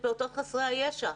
את הפעוטות חסרי הישע.